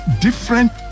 different